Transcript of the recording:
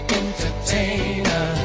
entertainer